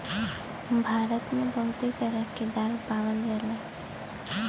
भारत मे बहुते तरह क दाल पावल जाला